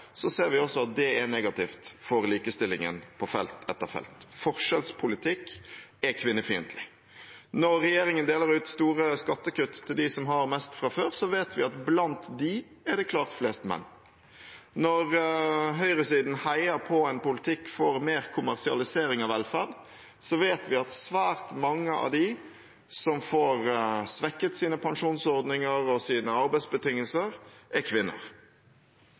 ser vi også at det er negativt for likestillingen, på felt etter felt. Forskjellspolitikk er kvinnefiendtlig. Når regjeringen deler ut store skattekutt til dem som har mest fra før, vet vi at blant dem er det klart flest menn. Når høyresiden heier på en politikk for mer kommersialisering av velferd, vet vi at svært mange av dem som får svekket sine pensjonsordninger og sine arbeidsbetingelser, er kvinner.